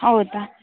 ಹೌದ